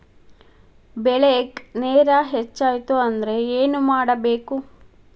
ಬೆಳೇಗ್ ನೇರ ಹೆಚ್ಚಾಯ್ತು ಅಂದ್ರೆ ಏನು ಮಾಡಬೇಕು?